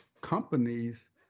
companies